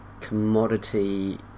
commodity